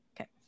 Okay